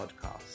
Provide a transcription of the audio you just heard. podcast